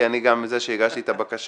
כי אני גם זה שהגשתי את הבקשה,